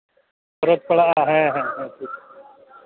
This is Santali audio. ᱠᱷᱚᱨᱚᱪ ᱯᱟᱲᱟᱜᱼᱟ ᱦᱮᱸ ᱦᱮᱸ ᱴᱷᱤᱠ